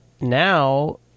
Now